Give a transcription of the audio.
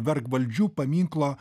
vergvaldžių paminklo